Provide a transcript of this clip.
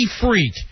freak